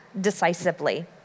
decisively